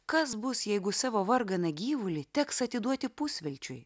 kas bus jeigu savo varganą gyvulį teks atiduoti pusvelčiui